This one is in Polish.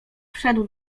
wszedł